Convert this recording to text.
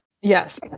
Yes